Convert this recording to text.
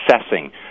assessing